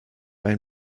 einen